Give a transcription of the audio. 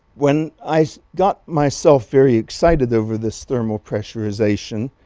when i got myself very excited over this thermal pressurization,